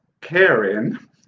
Karen